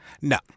No